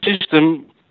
system